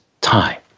time